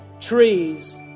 trees